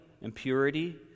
impurity